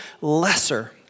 lesser